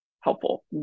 helpful